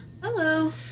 Hello